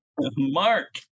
mark